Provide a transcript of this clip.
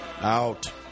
Out